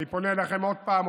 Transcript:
אני פונה אליכם עוד פעם,